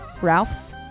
Ralph's